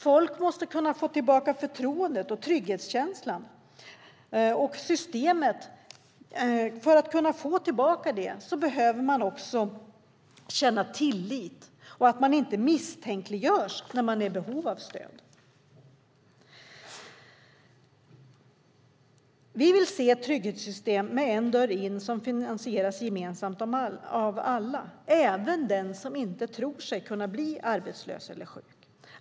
Folk måste få tillbaka förtroendet och trygghetskänslan. Det är viktigt att man kan känna tillit och inte misstänkliggörs när man är i behov av stöd. Vi vill se ett trygghetssystem med en dörr in som finansieras gemensamt av alla, även av den som inte tror sig kunna bli arbetslös eller sjuk.